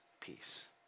peace